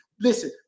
Listen